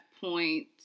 point